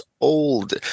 old